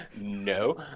No